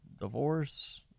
divorce